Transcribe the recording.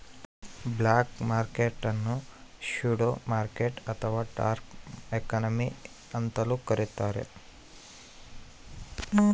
block market ನ್ನು shadow market ಅಥವಾ dark economy ಅಂತಲೂ ಕರಿತಾರೆ